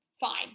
fine